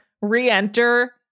re-enter